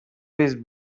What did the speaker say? vez